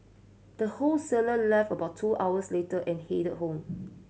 the wholesaler left about two hours later and headed home